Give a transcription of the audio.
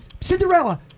Cinderella